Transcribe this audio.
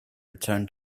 return